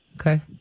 Okay